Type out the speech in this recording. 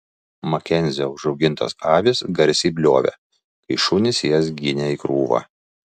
makenzio užaugintos avys garsiai bliovė kai šunys jas ginė į krūvą